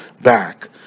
back